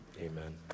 amen